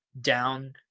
down